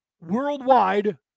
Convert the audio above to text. worldwide